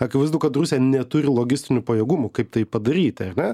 akivaizdu kad rusija neturi logistinių pajėgumų kaip tai padaryti ar ne